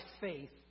faith